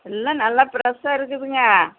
எல்லாம் நல்லா ப்ரெஸ்ஸாக இருக்குதுங்க